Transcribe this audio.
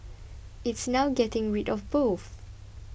it's now getting rid of both